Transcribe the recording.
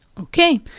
Okay